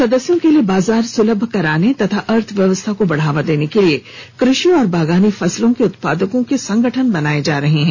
सदस्यों के लिए बाजार सुलभ कराने तथा अर्थव्यवस्था को बढावा देने के लिए कृषि और बागानी फसलों के उत्पादकों के संगठन बनाये जा रहे हैं